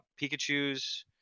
pikachus